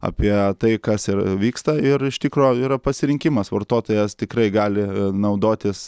apie tai kas ir vyksta ir iš tikro yra pasirinkimas vartotojas tikrai gali naudotis